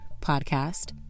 podcast